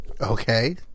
Okay